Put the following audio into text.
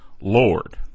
Lord